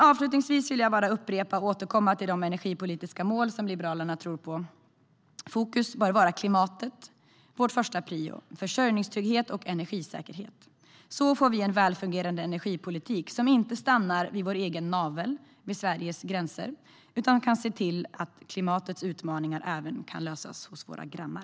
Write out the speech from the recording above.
Avslutningsvis vill jag återkomma till de energipolitiska mål som Liberalerna tror på. Fokus bör vara på klimatet, som är vår första prioritet, samt på försörjningstrygghet och energisäkerhet. På så vis får vi en välfungerande energipolitik som inte stannar vid vår egen navel, vid Sveriges gränser, utan kan se till att klimatets utmaningar även kan lösas hos våra grannar.